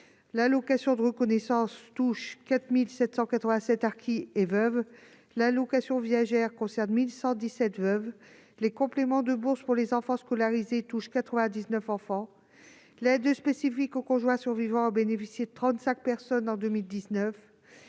l'allocation de reconnaissance touche 4 787 harkis et veuves, l'allocation viagère 1 117 veuves, les compléments de bourses pour les enfants scolarisés 99 enfants. L'aide spécifique au conjoint survivant bénéficiait à 35 personnes en 2019.